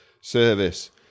service